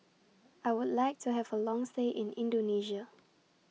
I Would like to Have A Long stay in Indonesia